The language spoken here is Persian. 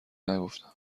نگفتم